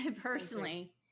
personally